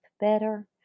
better